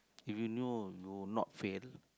if you knew you would not fail